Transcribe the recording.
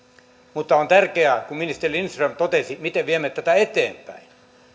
mutta on tärkeää kuten ministeri lindström totesi miten viemme tätä eteenpäin